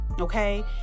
okay